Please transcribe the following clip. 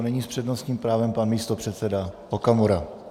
Nyní s přednostním právem pan místopředseda Okamura.